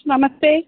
नमस्ते